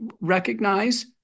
recognize